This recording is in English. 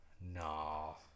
No